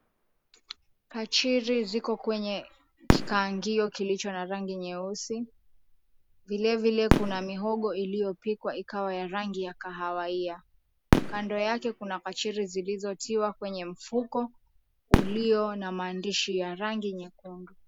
Kachiri ziko kwenye kikaangio kilicho na rangi nyeusi. Vilevile kuna mihogo iliyopikwa ikawa ya rangi ya kahawaia. Kando yake kuna kachiri zilizotiwa kwenye mfuko uliona maandishi ya rangi nyekundu.